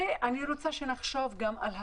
אני רוצה שנחשוב גם על הצפון.